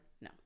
No